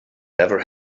never